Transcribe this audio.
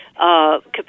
Capacity